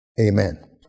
Amen